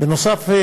בנוסף,